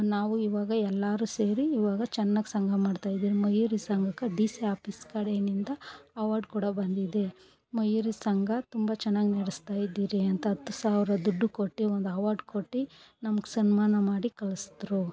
ನಾವು ಇವಾಗ ಎಲ್ಲರು ಸೇರಿ ಇವಾಗ ಚೆನ್ನಾಗ್ ಸಂಘ ಮಾಡ್ತಾಯಿದಿರಿ ಮಯೂರಿ ಸಂಘಕ್ಕೆ ಡಿ ಸಿ ಆಪೀಸ್ ಕಡೆಯಿಂದ ಅವಾರ್ಡ್ ಕೂಡ ಬಂದಿದೆ ಮಯೂರಿ ಸಂಘ ತುಂಬ ಚೆನ್ನಾಗ್ ನಡೆಸ್ತಾ ಇದ್ದೀರಿ ಅಂತ ಹತ್ತು ಸಾವಿರ ದುಡ್ಡು ಕೊಟ್ಟು ಒಂದು ಹವಾರ್ಡ್ ಕೊಟ್ಟು ನಮ್ಗೆ ಸನ್ಮಾನ ಮಾಡಿ ಕಳ್ಸಿದ್ರು